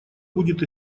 будет